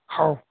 ହଉ